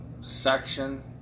section